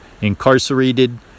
incarcerated